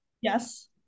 yes